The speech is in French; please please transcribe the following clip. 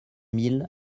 mille